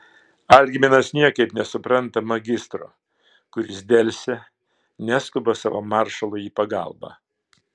algminas niekaip nesupranta magistro kuris delsia neskuba savo maršalui į pagalbą